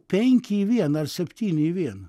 penki į vieną ar septyni į vieną